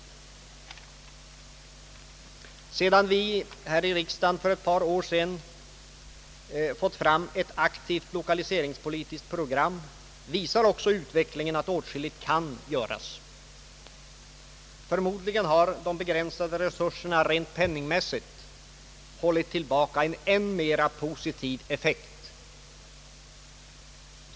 Sedan vi här i riksdagen för ett par år sedan fått fram ett aktivt lokaliseringspolitiskt program visar också utvecklingen att åtskilligt kan göras. Förmodligen har de begränsade resurserna rent penningmässigt hållit tillbaka en än mera positiv effekt.